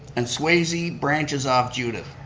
and swayze branches off judith.